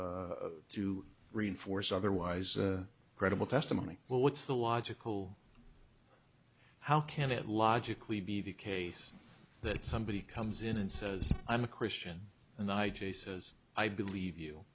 if to reinforce otherwise credible testimony well what's the logical how can it logically be the case that somebody comes in and says i'm a christian and i j says i believe you